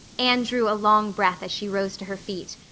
anne drew a long breath as she rose to her feet.